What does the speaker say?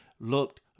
looked